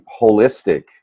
holistic